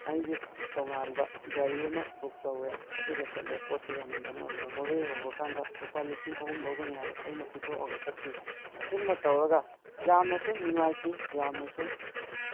ꯑꯩꯒꯤ ꯇꯣꯉꯥꯟꯕ ꯒꯥꯔꯤ ꯑꯃ ꯕꯨꯛ ꯇꯧꯔꯦ ꯑꯗꯨꯒ ꯆꯠꯂꯦ ꯄꯣꯠꯇꯨ ꯌꯥꯝꯃꯟꯕꯅ ꯑꯣꯏꯅ ꯃꯣꯔꯦ ꯌꯧꯕꯀꯥꯟꯗ ꯂꯨꯄꯥ ꯂꯤꯁꯤꯡ ꯑꯍꯨꯝ ꯂꯧꯒꯅꯤ ꯍꯥꯏ ꯑꯩꯅ ꯄꯤꯊꯣꯛꯑꯒ ꯆꯠꯈꯤ ꯑꯁꯨꯝꯅ ꯇꯧꯔꯒ ꯌꯥꯝꯅꯁꯨ ꯅꯨꯉꯥꯏꯈꯤ ꯌꯥꯝꯅꯁꯨ